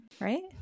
right